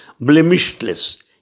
blemishless